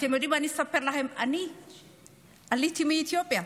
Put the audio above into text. אתם יודעים, אני אספר לכם: אני עליתי מאתיופיה.